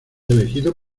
elegido